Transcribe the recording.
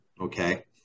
okay